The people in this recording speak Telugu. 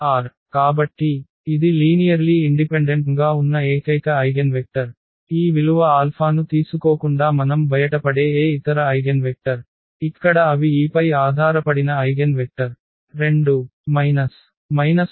కాబట్టి ఇది లీనియర్లీ ఇండిపెండెంట్ంగా ఉన్న ఏకైక ఐగెన్వెక్టర్ ఈ విలువ ఆల్ఫాను తీసుకోకుండా మనం బయటపడే ఏ ఇతర ఐగెన్వెక్టర్ ఇక్కడ అవి ఈపై ఆధారపడిన ఐగెన్వెక్టర్ 2 1 1